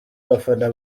abafana